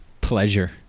Pleasure